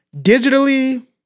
digitally